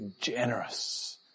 generous